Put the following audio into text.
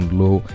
low